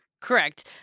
Correct